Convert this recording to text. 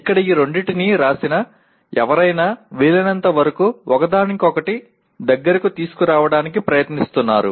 ఇక్కడ ఈ రెండింటిని వ్రాసిన ఎవరైనా వీలైనంతవరకూ ఒకదానికొకటి దగ్గరకు తీసుకురావడానికి ప్రయత్నిస్తున్నారు